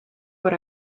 what